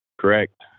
Correct